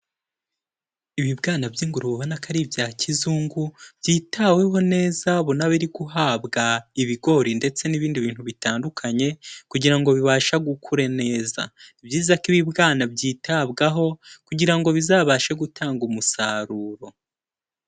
Ibibwana by'ingurube ubna ko ari ibya kizungu, byitaweho neza ubona biri guhabwa ibigori ndetse n'ibindi bintu bitandukanye kugira ngo bibashe gukura neza. Ni byiza ko ibibwana byitabwaho kugira ngo bizabashe gutanga umusaruro.